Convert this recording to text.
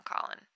Colin